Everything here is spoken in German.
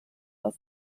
aus